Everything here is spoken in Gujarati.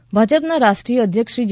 નક્કા ભાજપનાં રાષ્ટ્રીય અધ્યક્ષ શ્રી જે